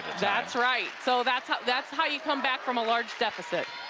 that's right so that's how that's how you come back froma large deficit.